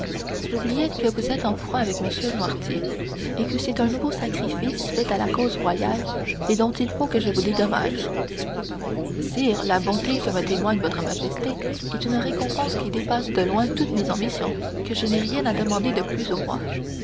j'oubliais que vous êtes en froid avec m noirtier et que c'est un nouveau sacrifice fait à la cause royale et dont il faut que je vous dédommage sire la bonté que me témoigne votre majesté est une récompense qui dépasse de si loin toutes mes ambitions que je n'ai rien à demander de plus au roi